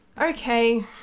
Okay